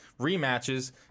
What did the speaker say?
rematches